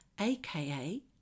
aka